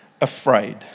afraid